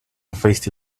feisty